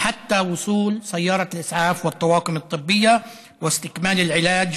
עד להגעת האמבולנס והצוותים הרפואיים והמשך הטיפול,